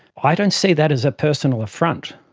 i don't see that as a personal affront,